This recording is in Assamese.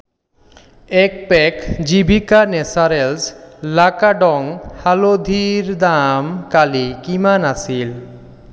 এক পেক জিভিকা নেচাৰেল্ছ লাকাডং হালধিৰ দাম কালি কিমান আছিল